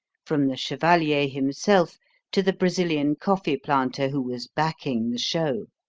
from the chevalier himself to the brazilian coffee planter who was backing the show.